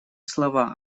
слова